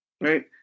Right